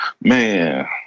Man